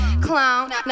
Clown